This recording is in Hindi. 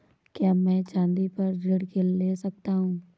क्या मैं चाँदी पर ऋण ले सकता हूँ?